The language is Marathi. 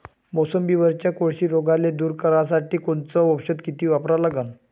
मोसंबीवरच्या कोळशी रोगाले दूर करासाठी कोनचं औषध किती वापरा लागन?